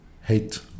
hate